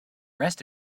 rest